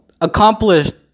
accomplished